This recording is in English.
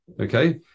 Okay